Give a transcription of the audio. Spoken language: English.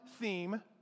theme